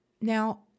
Now